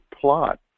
plot